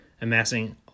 amassing